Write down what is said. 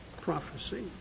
prophecy